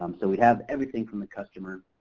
um so we'd have everything from the customer